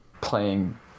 playing